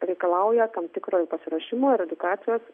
reikalauja tam tikro ir pasiruošimo ir edukacijos